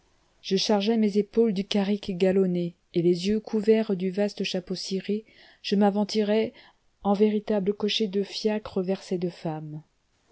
je chargeai mes épaules du carrick galonné et les yeux couverts du vaste chapeau ciré je m'aventurai en véritable cocher de fiacre vers ces deux femmes